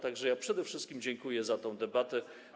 Tak że przede wszystkim dziękuję za tę debatę.